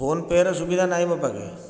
ଫୋନ୍ପେର ସୁବିଧା ନାହିଁ ମୋ' ପାଖେ